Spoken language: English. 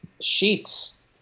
sheets